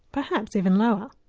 perhaps even lower.